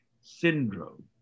syndrome